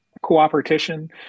cooperation